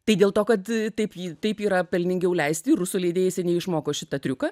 tai dėl to kad taip ji taip yra pelningiau leisti rusų lydėjai seniai išmoko šitą triuką